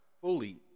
fully